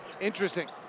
Interesting